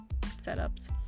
setups